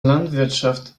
landwirtschaft